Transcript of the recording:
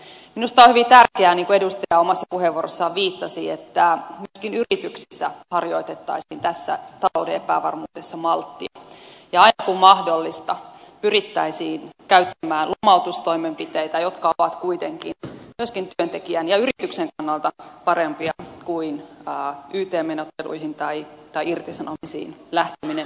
minusta on hyvin tärkeää niin kuin edustaja omassa puheenvuorossaan viittasi että myöskin yrityksissä harjoitettaisiin tässä talouden epävarmuudessa malttia ja aina kun mahdollista pyrittäisiin käyttämään lomautustoimenpiteitä jotka ovat kuitenkin myöskin työntekijän ja yrityksen kannalta pitkällä aikavälillä parempia kuin yt menettelyihin tai irtisanomisiin lähteminen